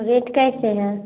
rate कैसे है